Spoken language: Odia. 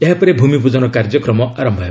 ଏହାପରେ ଭୂମିପୂଜନ କାର୍ଯ୍ୟକ୍ରମ ଆରମ୍ଭ ହେବ